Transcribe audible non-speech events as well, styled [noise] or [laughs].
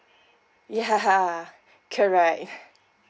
yeah [laughs] correct